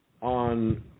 on